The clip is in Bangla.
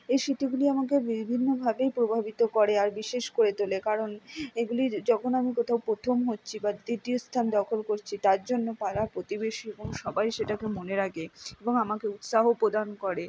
এই স্মৃতিগুলি আমাকে বিভিন্নভাবেই প্রভাবিত করে আর বিশেষ করে তোলে কারণ এগুলির যখন আমি কোথাও প্রথম হচ্ছি বা দ্বিতীয় স্থান দখল করছি তার জন্য পাড়া প্রতিবেশী এবং সবাই সেটাকে মনে রাখে এবং আমাকে উৎসাহ প্রদান করে